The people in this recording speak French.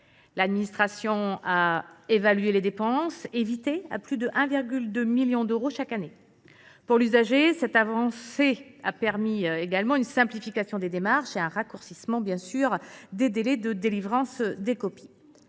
L’administration a évalué les dépenses évitées à plus de 1,2 million d’euros chaque année. Pour l’usager, cette avancée a permis une simplification des démarches et un raccourcissement des délais de délivrance des copies.